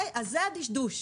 אז זה הדשדוש.